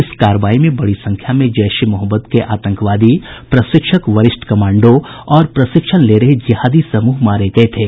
इस कार्रवाई में बड़ी संख्या में जैश ए मोहम्मद के आतंकवादी प्रशिक्षक वरिष्ठ कमांडो और प्रशिक्षण ले रहे जिहादी समूह मारे गये थे